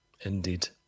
Indeed